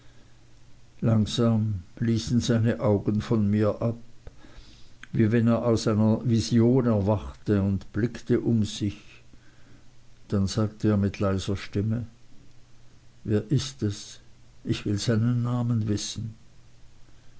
langsam ließen seine augen von mir ab wie wenn er aus einer vision erwachte und blickte um sich dann sagte er mit leiser stimme wer ist es ich will seinen namen wissen